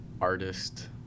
artist